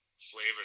flavor